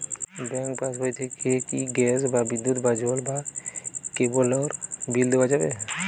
Bank পাশবই থেকে কি গ্যাস বা বিদ্যুৎ বা জল বা কেবেলর বিল দেওয়া যাবে?